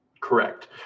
Correct